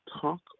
talk